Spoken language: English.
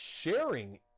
sharing